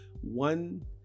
One